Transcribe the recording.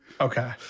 okay